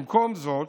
במקום זאת,